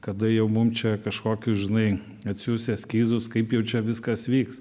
kada jau mum čia kažkokių žinai atsiųs eskizus kaip jau čia viskas vyks